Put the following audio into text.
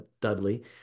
Dudley